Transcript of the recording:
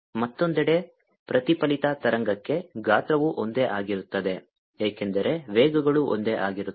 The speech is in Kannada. ಮತ್ತೊಂದೆಡೆ ಪ್ರತಿಫಲಿತ ತರಂಗಕ್ಕೆ ಗಾತ್ರವು ಒಂದೇ ಆಗಿರುತ್ತದೆ ಏಕೆಂದರೆ ವೇಗಗಳು ಒಂದೇ ಆಗಿರುತ್ತವೆ